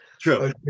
true